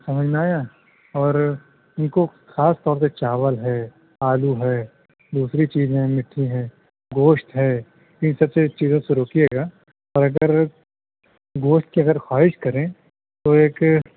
سمجھ میں آيا اور ان کو خاص طور پہ چاول ہے آلو ہے دوسری چیزیں میٹھی ہیں گوشت ہے ان سب چیزوں سے روکیے گا اور اگر گوشت کی اگر خواہش کریں تو ایک